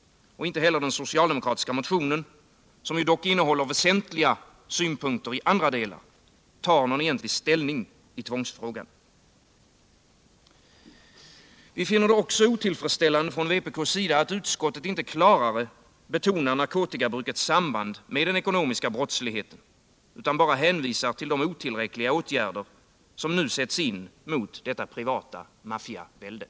Inte heller den socialdemokratiska motionen, som dock innehåller väsentliga synpunkter i andra delar, tar någon egentlig ställning i tvångsfrågan. Vi finner det från vpk:s sida också otillfredsställande att utskottet inte klarare betonar narkotikamissbrukets samband med den ekonomiska brotts ligheten utan bara hänvisar till de otillräckliga åtgärder som nu sätts in mot Nr 159 det privata maffiaväldet.